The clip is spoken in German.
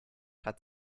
hat